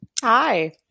Hi